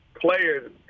players